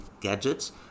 gadgets